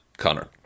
Connor